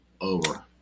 over